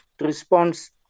response